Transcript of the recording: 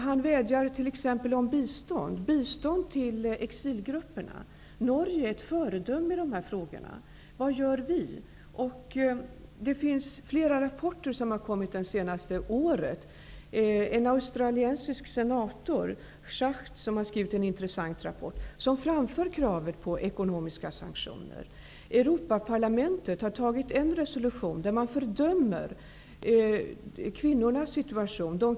Han vädjar t.ex. om bistånd till exilgrupperna. Norge är ett föredöme i de här frågorna. Vad gör vi? Det finns flera rapporter som har kommit det senaste året. En australisk senator, Schacht, som har skrivit en intressant rapport, framför kravet på ekonomiska sanktioner. Europaparlamentet har antagit en resolution där man fördömer kvinnornas situation.